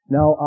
Now